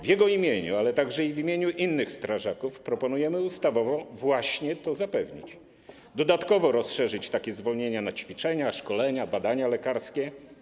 W jego imieniu, ale także w imieniu innych strażaków, proponujemy ustawowo właśnie to zapewnić i dodatkowo rozszerzyć takie zwolnienia na ćwiczenia, szkolenia, badania lekarskie.